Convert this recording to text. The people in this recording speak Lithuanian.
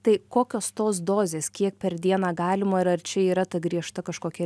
tai kokios tos dozės kiek per dieną galima ir ar čia yra ta griežta kažkokia